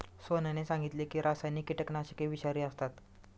सोहनने सांगितले की रासायनिक कीटकनाशके विषारी असतात